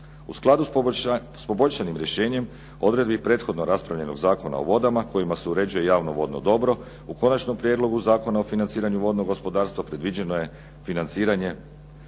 U skladu sa poboljšanim rješenjem odredbi prethodno raspravljenog Zakona o vodama u kojima se uređuje javno vodno dobro u konačnom prijedlogu zakona o financiranju vodnog gospodarstva predviđeno je financiranje